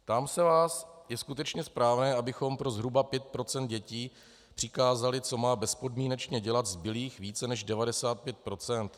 Ptám se vás: Je skutečně správné, abychom pro zhruba 5 % dětí přikázali, co má bezpodmínečně dělat zbylých 95 %?